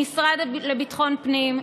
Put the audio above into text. המשרד לביטחון פנים,